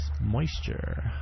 moisture